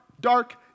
dark